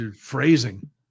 phrasing